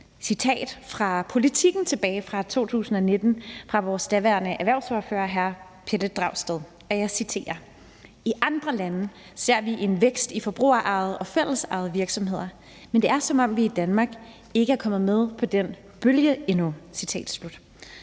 citat fra Politiken tilbage fra 2019 af vores daværende erhvervsordfører hr. Pelle Dragsted, og jeg citerer: »I andre lande ser vi en vækst i forbrugerejede og fællesejede virksomheder, men det er, som om vi i Danmark ikke er kommet med på den bølge endnu.« Den